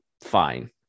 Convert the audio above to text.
fine